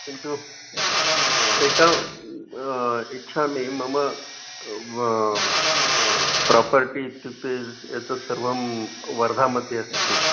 किन्तु एकम् इच्छामि मम प्रापर्टि इत्युक्ते एतत् सर्वं वर्धनमध्ये अस्ति